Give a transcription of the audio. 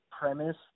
premise